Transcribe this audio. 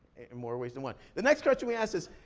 in more ways than one. the next question we asked is,